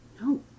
No